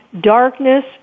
darkness